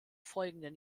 folgenden